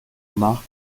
marc